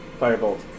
firebolt